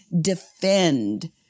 defend